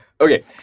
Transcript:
Okay